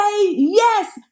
yes